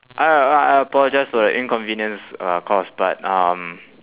I I I apologise for the inconvenience uh caused but um